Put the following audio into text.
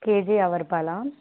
KG యాభై రూపాయలా